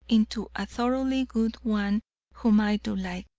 into a thoroughly good one whom i do like.